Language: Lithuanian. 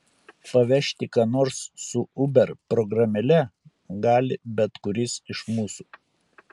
pavežti ką nors su uber programėle gali bet kuris iš mūsų